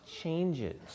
changes